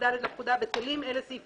ו-61ד לפקודה בטלים." אלה סעיפים